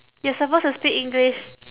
you're suppose to speak english